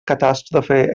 catàstrofe